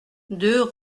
deux